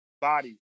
body